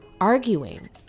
arguing